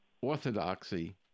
Orthodoxy